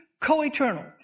co-eternal